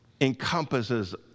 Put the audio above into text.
encompasses